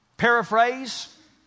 paraphrase